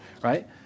right